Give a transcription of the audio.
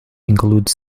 include